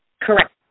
Correct